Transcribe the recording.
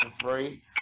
three